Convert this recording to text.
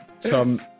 Tom